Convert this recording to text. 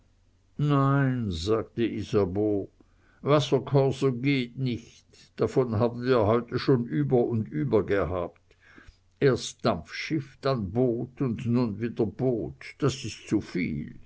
nein sagte isabeau wasserkorso geht nicht davon haben wir heute schon über und über gehabt erst dampfschiff dann boot und nun wieder boot das ist zuviel